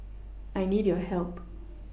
I need your help